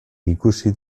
ikusi